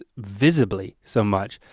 visibly so much.